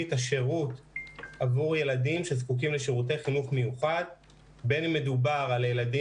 את השירות עבור ילדים שזקוקים לשירותי חינוך מיוחד בין ילדים